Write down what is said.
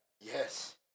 Yes